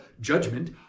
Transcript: judgment